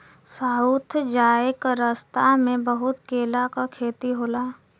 south जाए क रस्ता में बहुत केला क खेती होला